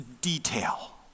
detail